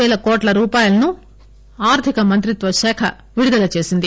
పేల కోట్ల రూపాయలను ఆర్థిక మంత్రిత్వశాఖ విడుదల చేసింది